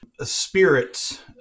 spirits